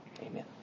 Amen